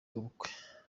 ubukwe